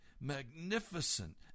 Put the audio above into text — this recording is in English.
Magnificent